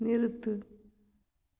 நிறுத்து